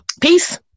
Peace